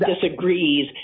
disagrees